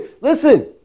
Listen